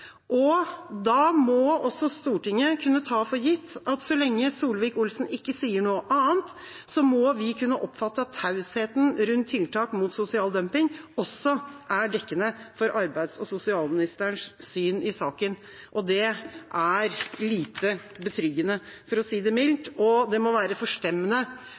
Da må også Stortinget kunne ta for gitt at så lenge Solvik-Olsen ikke sier noe annet, er tausheten rundt tiltak mot sosial dumping også dekkende for arbeids- og sosialministerens syn i saken. Det er lite betryggende, for å si det mildt, og det må være forstemmende